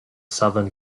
southern